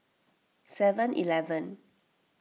Seven Eleven